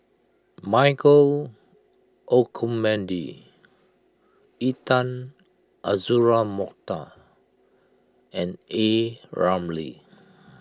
Michael Olcomendy Intan Azura Mokhtar and A Ramli